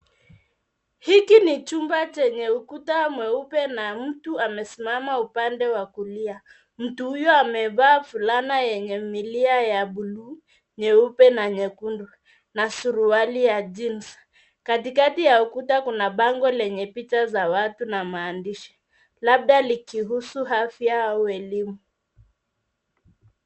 Hiki ni chumba chenye ukuta mweupe na mtu amesimama upande wa kulia. Mtu huyo amevaa fulana yenye milia ya bluu, nyeupe na nyekundu na suruali ya jeans . Katikati ya ukuta kuna bango lenye picha za watu na maandishi labda likihusu afya au elimu.